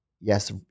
Yes